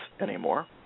anymore